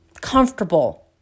comfortable